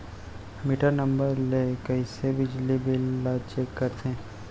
Metre number ले कइसे बिजली बिल ल चेक करथे?